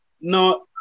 no